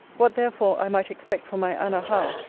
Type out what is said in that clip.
what therefore i might expect from my anna howe,